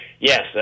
Yes